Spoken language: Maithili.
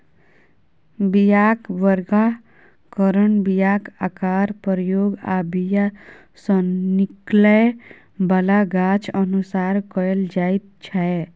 बीयाक बर्गीकरण बीयाक आकार, प्रयोग आ बीया सँ निकलै बला गाछ अनुसार कएल जाइत छै